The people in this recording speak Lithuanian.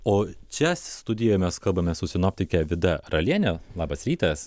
o čia studijoj mes kalbame su sinoptike vida raliene labas rytas